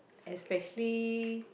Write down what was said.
especially